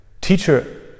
Teacher